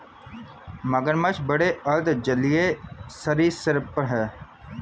मगरमच्छ बड़े अर्ध जलीय सरीसृप हैं